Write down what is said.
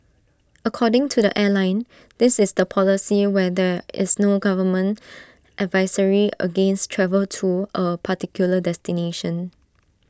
according to the airline this is the policy when there is no government advisory against travel to A particular destination